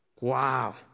wow